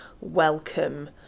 welcome